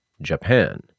Japan